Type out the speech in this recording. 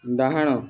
ଡାହାଣ